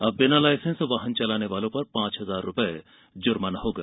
अब बिना लाइसेंस वाहन चलाने वालों पर पांच हजार रुपये जुर्माना होगा